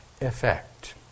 effect